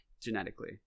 Genetically